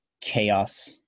chaos